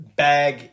bag